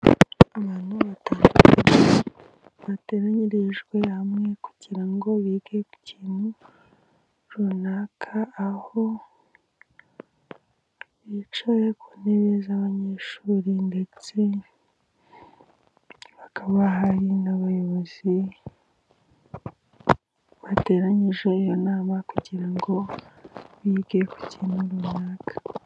Abantu bateranyirijwe hamwe, kugira ngo bige ku kintu runaka, aho bicaye ku ntebe z'abanyeshuri, ndetse ha bakaba hari n'abayobozi bateranyije iyo nama, kugira ngo bige ku kintu runaka.